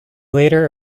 later